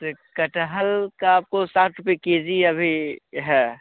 से कठहल का आपको साठ रुपये के जी अभी है